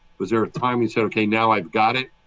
was there a time you said, okay, now i've got it?